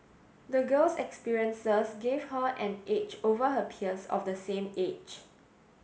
the girl's experiences gave her an edge over her peers of the same age